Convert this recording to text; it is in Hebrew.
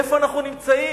איפה אנחנו נמצאים,